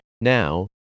Now